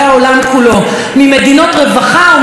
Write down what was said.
ממדינות רווחה או ממדינות מצוקה,